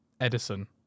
Edison